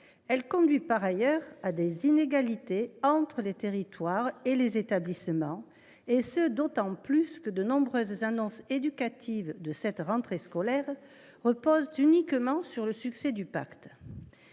mesure conduit, par ailleurs, à des inégalités entre les territoires et les établissements, d’autant plus que de nombreuses annonces éducatives de cette rentrée scolaire reposent uniquement sur son succès.